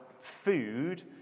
food